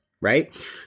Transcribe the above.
right